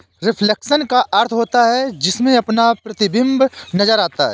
reflection का अर्थ होता है जिसमें अपना प्रतिबिंब नजर आता है